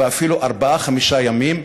ואפילו ארבעה-חמישה ימים,